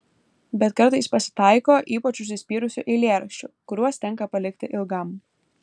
bet kartais pasitaiko ypač užsispyrusių eilėraščių kuriuos tenka palikti ilgam